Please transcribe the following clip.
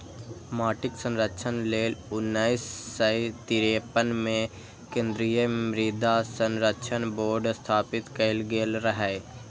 माटिक संरक्षण लेल उन्नैस सय तिरेपन मे केंद्रीय मृदा संरक्षण बोर्ड स्थापित कैल गेल रहै